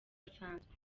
asanzwe